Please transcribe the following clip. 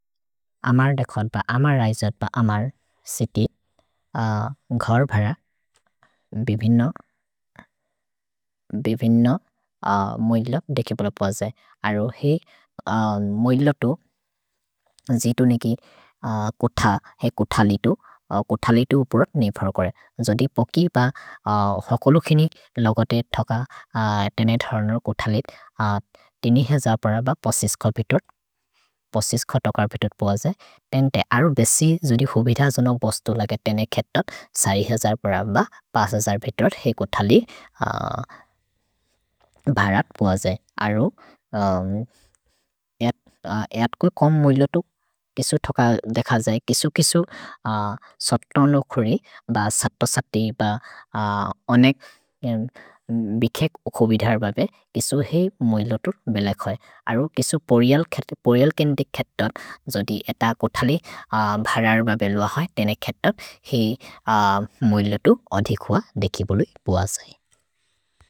अमर् दक्सत् प, अमर् ऐजत् प, अमर् सिति घर् भर बिबिनो मोइलो देखे पल पजए। अरो हेइ मोइलोतु जेइतु नेकि कोथ, हेइ कोथलितु, कोथलितु उपुर नेफर् कोरे। जोदि पोकि ब हकोलु खिनि लगते थक तेने धरनु कोथलित्, तिनि हेज परबर् पोसिस् को बितोर्, पोसिस् को तोकर् बितोर् पवजे। तेन्ते अरु बेसि, जोदि हुबिध जोनोग् बोस्तु लगे तेने खेतोत्, सरि हेज परबर् पसजर् बितोर्, हेइ कोथलि भरत् पवजे। अरो एअत्को कोम् मोइलोतु किसो थक देख जए, किसो-किसो सत्तनो खोरि ब सत्तो सत्ति ब अनेग् बिखेक् उकोबिधर् बबे, किसो हेइ मोइलोतु बेलेक् होइ। अरो किसो पोरिअल् केन्दिक् खेतोत्, जोदि एत कोथलि भरर् बबेलो होइ, तेने खेतोत्, हेइ मोइलोतु अधिक् होअ देखि बोलुइ पवजे।